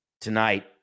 tonight